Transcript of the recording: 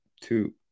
two